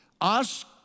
Ask